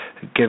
give